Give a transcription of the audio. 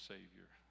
Savior